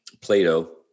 Plato